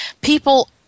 People